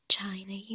China